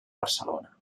barcelona